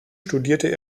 studierte